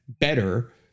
better